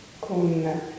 con